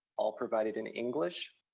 all provided in english.